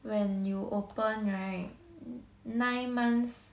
when you open right nine months